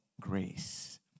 grace